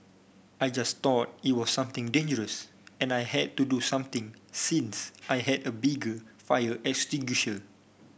I just thought it was something dangerous and I had to do something since I had a bigger fire extinguisher